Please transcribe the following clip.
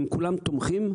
הם כולם תומכים,